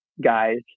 guys